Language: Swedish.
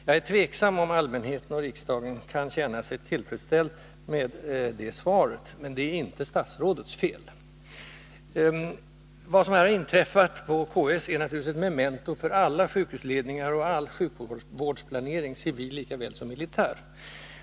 Jag är tveksam till om allmänheten och riksdagen kan känna sig tillfredsställda med det svaret, men det är inte statsrådets fel. Vad som har inträffat på Karolinska sjukhuset är naturligtvis ett memento för alla sjukhusledningar och all sjukvårdsplanering, civil lika väl som militär.